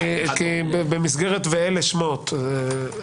במסגרת "ואלה שמות".